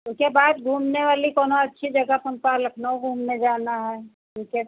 उसके बाद घूमने वाली कोई अच्छी जगह पर हम को लखनऊ घूमने जाना है पीछे